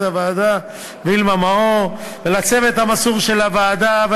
הוועדה וילמה מאור ולצוות המסור של הוועדה,